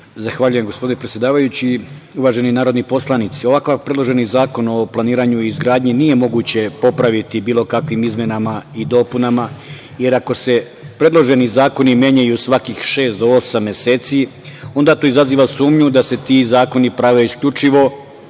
Zahvaljujem gospodine predsedavajući. Uvaženi narodni poslanici, ovakav predloženi zakon o planiranju i izgradnji nije moguće popraviti bilo kakvim izmenama i dopunama, jer ako se predloženi zakoni menjaju svaki šest do osam meseci, onda to izaziva sumnju da se ti zakoni prave isključivo